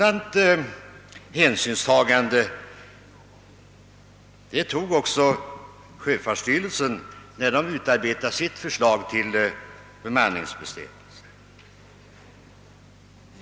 Hänsyn härtill togs också av sjöfartsstyrelsen när den utarbetade sitt förslag till bemanningsbestämmelser.